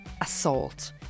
assault